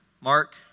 Mark